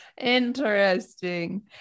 Interesting